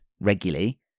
regularly